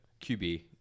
QB